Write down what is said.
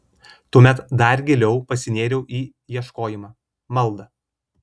tuomet dar giliau pasinėriau į ieškojimą maldą